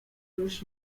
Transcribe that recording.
już